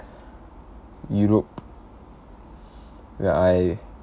europe ya I